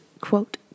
quote